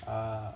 err